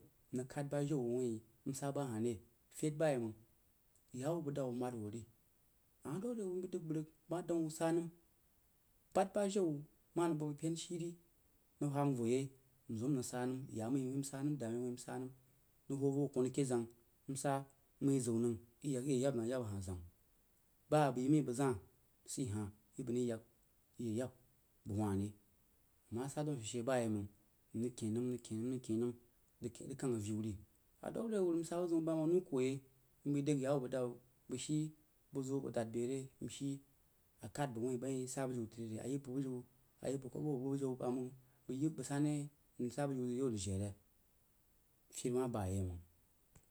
Nrig khəd bajawu wain msa bahah re feid bayeiməng yawu bəg dawu mad wuh re ama dwəg re wuruh mdəg bəg rig, bəg ma dəng wu məkwu sanəm bad bajau wuh ma nəng bəbəg pein shi ri nəng hwa mai voh yei mzim nrig saá nəm yaámai wuin nsanəm daá mai wui nsanəm nəng hwo voh kon keh zang nsa mək yi zawu nəng mək yi yab nəng ayabba zang baá bəg yo mai bəg zaá saei hah yi bəg nəng yak gi ye yab bəg waa ri a ma sa daun ashe boyeiməng nrig kein nəm nrig kein nəm nrig kein nəm waari a ma sa daun ashe boye iməng nrig kein nəm rig kein nəm rig kang avieu ri a ma dwəg ri wuru nsa bəg ziu bam anau kuwuyei nbai dəg yawu bəg dawu bəg shií bəg zuo dad beh re nshií akhəd bəg wuin baín saá bujui tri re a yi bəg bujiu məng, a yi bəg kobo bəg bujiu baməng bəg ywi bəg sanne nsa bujiu nzəg rig yiwu a rig jií re feid wah ba yeiməng.